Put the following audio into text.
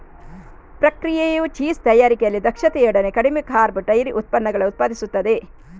ಪ್ರಕ್ರಿಯೆಯು ಚೀಸ್ ತಯಾರಿಕೆಯಲ್ಲಿ ದಕ್ಷತೆಯೊಡನೆ ಕಡಿಮೆ ಕಾರ್ಬ್ ಡೈರಿ ಉತ್ಪನ್ನಗಳನ್ನು ಉತ್ಪಾದಿಸುತ್ತದೆ